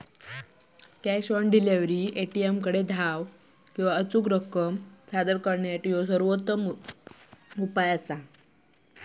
cash on delivery, ए.टी.एमकडे धाव किंवा अचूक रक्कम सादर करणा यासाठी ह्यो सर्वोत्तम उत्तर असा